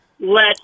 let